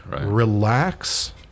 relax